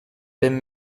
been